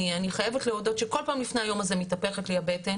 אני חייבת להודות שכל פעם לפני היום הזה מתהפכת לי הבטן